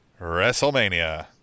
wrestlemania